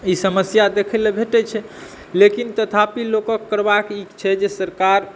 ई समस्या देख़य लए भेटै छै लेकिन तथापि लोकक करबाक ई छै जे सरकार